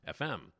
FM